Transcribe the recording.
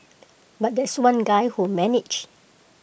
but there's one guy who managed